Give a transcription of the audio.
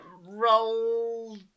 Roll